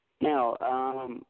Now